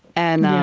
and